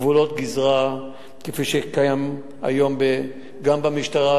גבולות גזרה כפי שקיימים היום גם במשטרה,